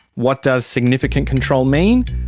what does significant control mean?